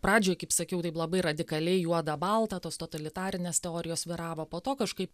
pradžioj kaip sakiau taip labai radikaliai juoda balta tos totalitarinės teorijos svyravo po to kažkaip